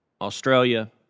Australia